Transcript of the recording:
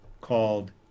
called